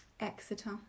exeter